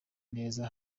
neza